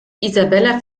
isabella